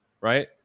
right